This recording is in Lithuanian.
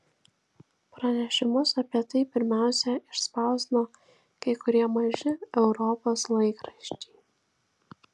pranešimus apie tai pirmiausia išspausdino kai kurie maži europos laikraščiai